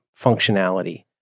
functionality